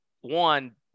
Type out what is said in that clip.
one